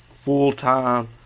full-time